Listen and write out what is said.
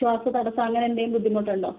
ശ്വാസ തടസ്സം അങ്ങനെ എന്തെങ്കിലും ബുദ്ധിമുട്ട് ഉണ്ടോ